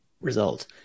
result